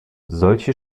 solche